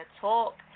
talk